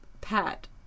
Pat